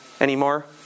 anymore